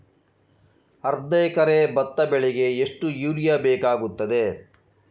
ಅರ್ಧ ಎಕರೆ ಭತ್ತ ಬೆಳೆಗೆ ಎಷ್ಟು ಯೂರಿಯಾ ಬೇಕಾಗುತ್ತದೆ?